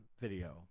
video